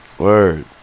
Word